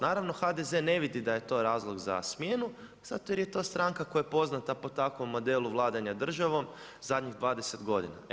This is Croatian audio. Naravno, HDZ ne vidi da je to razlog za smjenu, zato jer je to stranka koja je poznata po takvom modelu vladanja državom zadnjih 20 godina.